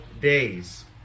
days